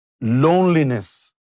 loneliness